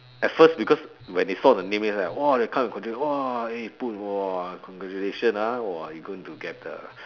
at first because when they saw the name then it's like !wah! they'll come and congratulate you !wah! eh boon !wah! congratulations ah !wah! you going to get the